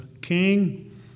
king